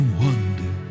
wonder